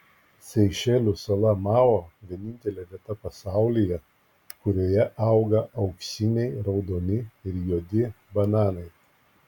seišelių sala mao vienintelė vieta pasaulyje kurioje auga auksiniai raudoni ir juodi bananai